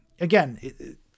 again